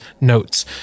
notes